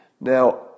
Now